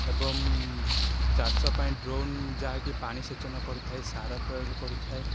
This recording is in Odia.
ଏବଂ ଚାଷ ପାଇଁ ଡ୍ରୋନ୍ ଯାହାକି ପାଣି ସେେଚନ କରିଥାଏ ସାର ପ୍ରୟୋଗ କରିଥାଏ